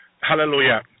hallelujah